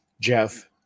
Jeff